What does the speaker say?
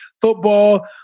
football